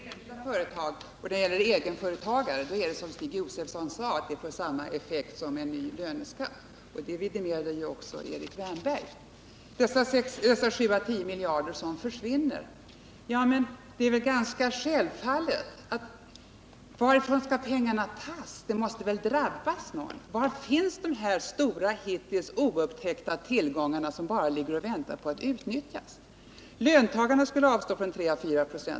Herr talman! När det gäller enskilda företag och egenföretagare får den föreslagna skatten, som Stig Josefson sade, samma effekt som en ny löneskatt. Det vidimerade också Erik Wärnberg. När det sedan gäller dessa 7-8 miljarder som försvinner är väl mitt resonemang ganska klart. Det är självfallet att pengarna måste tas någonstans ifrån. Var finns de här stora och hittills oupptäckta tillgångarna som bara ligger och väntar på att utnyttjas? Löntagarna skulle avstå från 3 å 4 26.